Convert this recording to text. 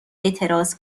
اعتراض